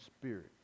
spirit